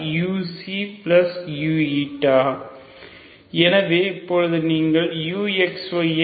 uyuyuyu1xuuu எனவே இப்போது நீங்கள் uxy ஐ